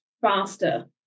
faster